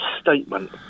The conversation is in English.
Statement